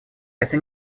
это